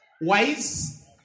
wise